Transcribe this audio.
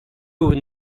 would